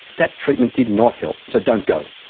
that treatment did not help, so don't go,